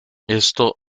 esto